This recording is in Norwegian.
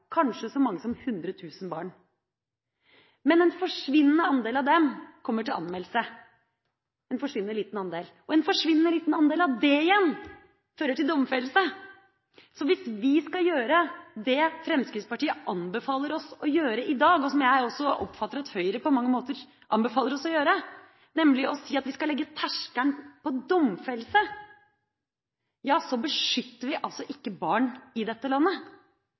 kanskje så mange som 100 000 barn. En forsvinnende andel av dem kommer til anmeldelse, og en forsvinnende liten andel av det igjen fører til domfellelse. Hvis vi skal gjøre det Fremskrittspartiet anbefaler oss å gjøre i dag, og som jeg også oppfatter at Høyre på mange måter anbefaler oss å gjøre, nemlig å si at vi skal legge terskelen ved domfellelse, beskytter vi ikke barn i dette landet.